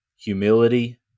humility